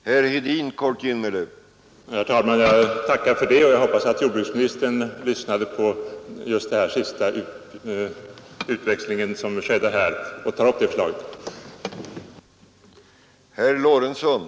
Herr talman! Jag tackar för det och hoppas att jordbruksministern lyssnade just på den här senaste replikväxlingen och tar upp detta förslag.